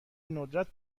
ندرت